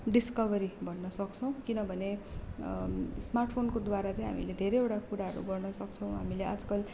discovery भन्न सक्छौँ किनभने स्मार्ट फोनको द्वारा चाहिँ हामीले धेरैवटा कुराहरू गर्न सक्छौँ हामीले आजकल